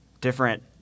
different